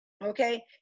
Okay